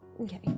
Okay